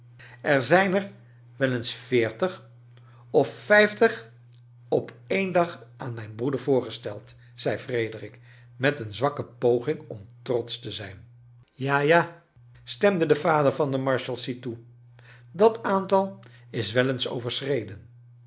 er zijn er wel eens veertig of vijftig op een dag aan mij n broeder voorgesteld zei frederik met een zwakke poging om trotsch te zijn ja ja stemde de vader van de marshalsea toe dat aantal is wel eens overschreden